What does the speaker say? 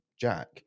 jack